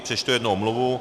Přečtu jednu omluvu.